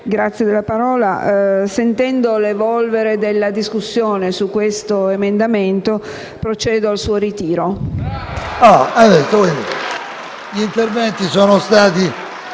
Presidente, sentendo l'evolvere della discussione su questo emendamento, procedo al suo ritiro.